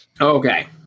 okay